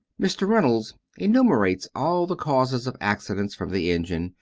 mr. reynolds enumerates all the causes of accidents from the engine,